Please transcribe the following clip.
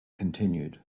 continued